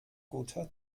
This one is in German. guter